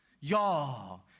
y'all